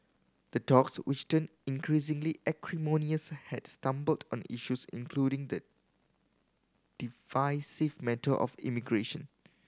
the talks which turned increasingly acrimonious had stumbled on issues including the divisive matter of immigration